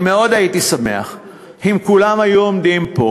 אני מאוד הייתי שמח אם כולם היו עומדים פה